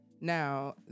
Now